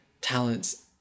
talents